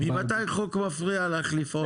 ממתי חוק מפריע לך לפעול?